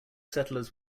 settlers